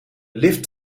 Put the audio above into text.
lift